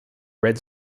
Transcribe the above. red